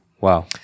Wow